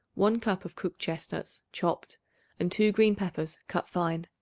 one cup of cooked chestnuts chopped and two green peppers cut fine.